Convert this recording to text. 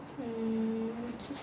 mm